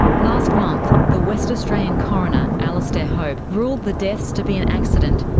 last month, the west australian coroner alastair hope ruled the deaths to be an accident,